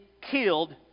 killed